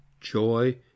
joy